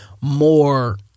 more